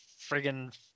friggin